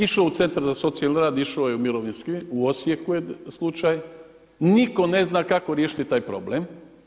Išao je u Centar za socijalni rad, išao je u mirovinski (u Osijeku je slučaj) i nitko ne zna kako riješiti taj problem.